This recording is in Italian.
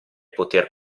poter